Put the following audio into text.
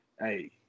hey